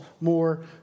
more